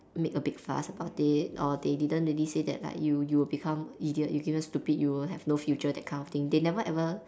make a big fuss about it or they didn't really say that like you you will become idiot you become stupid you will have no future that kind of thing they never ever